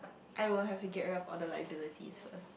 I will have to get rid of all the liabilities first